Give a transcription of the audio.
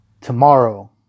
tomorrow